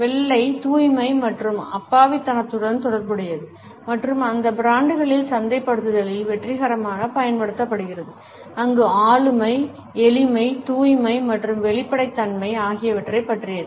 வெள்ளை தூய்மை மற்றும் அப்பாவித்தனத்துடன் தொடர்புடையது மற்றும் அந்த பிராண்டுகளின் சந்தைப்படுத்துதலில் வெற்றிகரமாக பயன்படுத்தப்படுகிறது அங்கு ஆளுமை எளிமை தூய்மை மற்றும் வெளிப்படைத்தன்மை ஆகியவற்றைப் பற்றியது